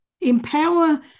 empower